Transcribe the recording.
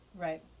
Right